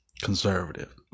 conservative